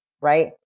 right